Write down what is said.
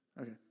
Okay